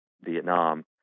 Vietnam